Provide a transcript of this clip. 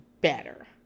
better